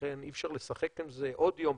לכן אי-אפשר לשחק עם זה עוד יום,